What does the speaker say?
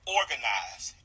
organize